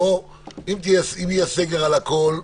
אם יהיה סגר על הכול,